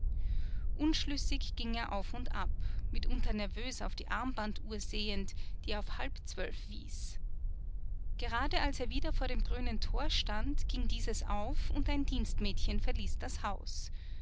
unschlüssig ging er auf und ab mitunter nervös auf die armbanduhr sehend die auf halb zwölf wies gerade als er wieder vor dem grünen tor stand ging dieses auf und ein dienstmädchen verließ das haus